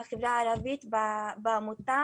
שהן מהחברה הערבית בעמותה.